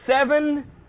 seven